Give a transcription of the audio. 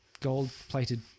gold-plated